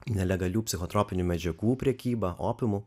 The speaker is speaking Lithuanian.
nelegalių psichotropinių medžiagų prekybą opiumu